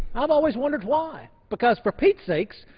i've always wondered why. because, for pete's sakes,